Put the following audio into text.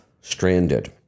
stranded